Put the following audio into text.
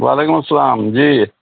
وعلیکم السلام جی